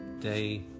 day